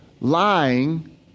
Lying